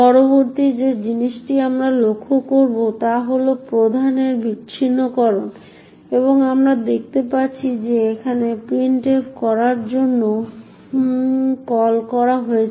পরবর্তী যে জিনিসটি আমরা লক্ষ্য করব তা হল প্রধানের বিচ্ছিন্নকরণ এবং আমরা দেখতে পাচ্ছি যে এখানে প্রিন্টএফ করার জন্য কল করা হয়েছে